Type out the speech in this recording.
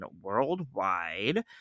worldwide